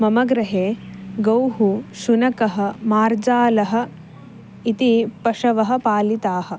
मम गृहे गौः शुनकः मार्जालः इति पशवः पालिताः